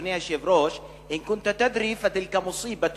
אדוני היושב-ראש: אִן כֻּנְתַ תַּדְרִי פַהַדִ'הִ מֻצִיבַּה